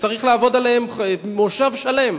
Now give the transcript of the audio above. שצריך לעבוד עליהם מושב שלם,